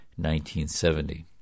1970